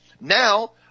Now